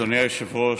אדוני היושב-ראש,